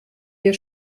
wir